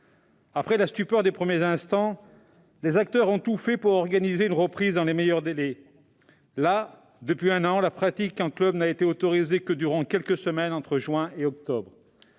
Après la stupeur des premiers instants, les acteurs ont tout fait pour organiser une reprise dans les meilleures conditions. Las, depuis un an, la pratique en club n'a été autorisée que durant quelques semaines entre les mois